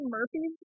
Murphy's